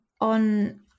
on